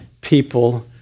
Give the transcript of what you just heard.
people